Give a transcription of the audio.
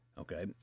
okay